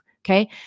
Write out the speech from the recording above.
Okay